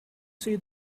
see